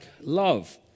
love